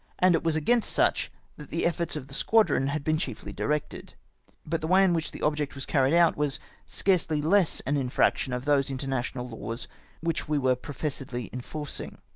and it was against such that the efforts of the squadron had been chiefly directed but the way in which the object was carried out was scarcely less an infraction of those inter national laws which we were professedly enforcing.